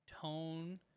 tone